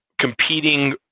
competing